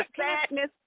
sadness